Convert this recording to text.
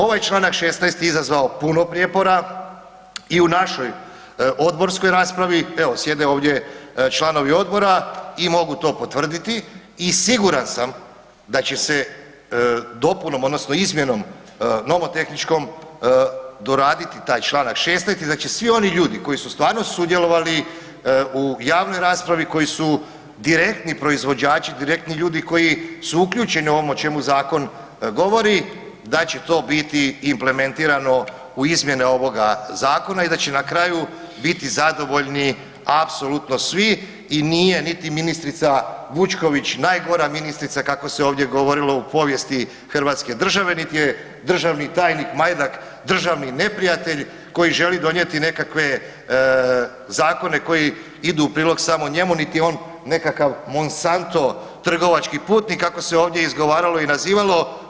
Ovaj čl. 16. je izazvao puno prijepora i u našoj odborskoj raspravi, evo, sjede ovdje članovi odbora i mogu to potvrditi i siguran sam da će se dopunom odnosno izmjenom nomotehničkom doraditi taj čl. 16 i da će svi oni ljudi koji su stvarno sudjelovali u javnoj raspravi, koji su direktni proizvođači, direktni ljudi koji su uključeni u ovom o čemu zakon govori, da će to biti implementirano u izmjene ovoga zakona i da će na kraju biti zadovoljni apsolutno svi i nije niti ministrica Vučković najgora ministrica, kako se ovdje govorilo, u povijesti hrvatske države niti je državni tajnik Majdak državni neprijatelj koji želi donijeti nekakve zakone koji idu u prilog samo njemu niti je on nekakav Monsanto trgovački putnik, kako se ovdje izgovaralo i nazivalo.